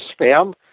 spam